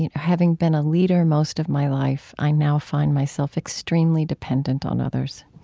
you know having been a leader most of my life, i now find myself extremely dependent on others.